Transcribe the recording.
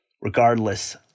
regardless